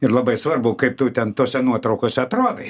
ir labai svarbu kaip tu ten tose nuotraukose atrodai